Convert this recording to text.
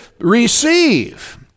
receive